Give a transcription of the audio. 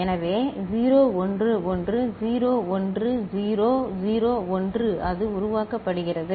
எனவே 0 1 1 0 1 0 0 1 அது உருவாக்கப்படுகிறது